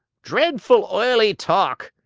dretful oily talk!